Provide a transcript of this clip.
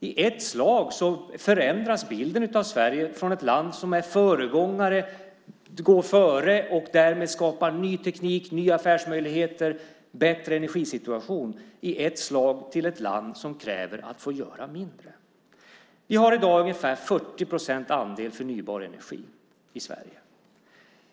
I ett slag förändras bilden av Sverige från ett land som går före och därmed skapar ny teknik, nya affärsmöjligheter och en bättre energisituation till ett land som kräver att få göra mindre. I dag är vår andel förnybar energi ungefär 40 procent i Sverige.